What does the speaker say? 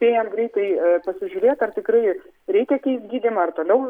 spėjam greitai pasižiūrėt ar tikrai reikia keist gydymą ar toliau